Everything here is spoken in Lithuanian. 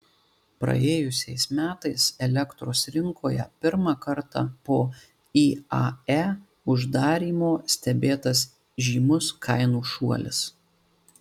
praėjusiais metais elektros rinkoje pirmą kartą po iae uždarymo stebėtas žymus kainų šuolis